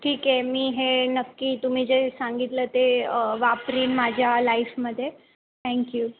ठीक आहे मी हे नक्की तुम्ही जे सांगितलं ते वापरीन माझ्या लाईफमध्ये थँक्यू